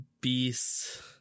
Beast